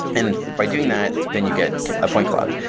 and by doing that, then you get a point cloud.